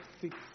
Six